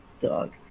Dog